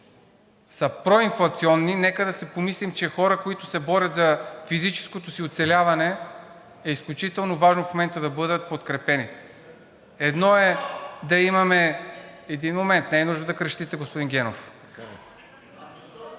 са проинфлационни, нека да си помислим, че хора, които се борят за физическото си оцеляване, е изключително важно в момента да бъдат подкрепени. Едно е да имаме... МАНОЛ ГЕНОВ (БСП за България, от